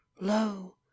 lo